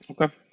Okay